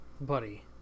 Buddy